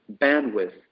bandwidth